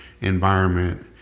environment